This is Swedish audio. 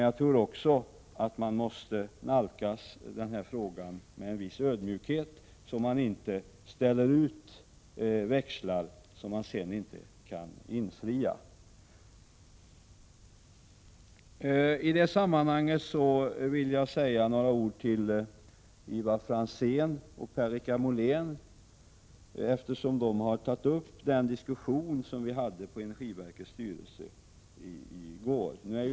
Jag tror också att vi måste nalkas denna fråga med en viss ödmjukhet, så att vi inte ställer ut växlar, som vi sedan inte kan infria. I det sammanhanget vill jag säga några ord till Ivar Franzén och Per-Richard Molén, eftersom de tog upp den diskussion som fördes på energiverkets styrelsesammanträde i går.